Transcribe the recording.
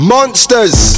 Monsters